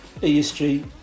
ESG